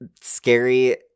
scary